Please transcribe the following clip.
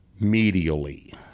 medially